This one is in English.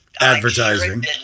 advertising